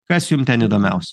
kas jum ten įdomiaus